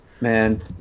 Man